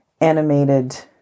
animated